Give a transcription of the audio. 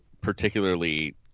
particularly